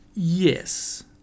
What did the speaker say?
Yes